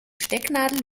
stecknadel